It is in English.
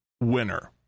winner